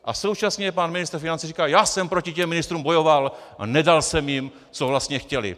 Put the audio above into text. A současně pan ministr financí říká: já jsem proti těm ministrům bojoval a nedal jsem jim, co vlastně chtěli.